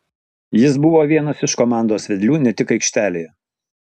jis buvo vienas iš komandos vedlių ne tik aikštelėje